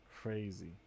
Crazy